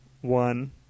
one